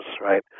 right